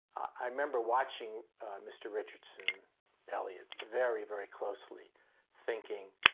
i remember watching mr. richardson elliot very, very closely thinking,